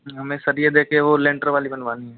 हमें सरिये देके वो लेंटर वाली बनवानी है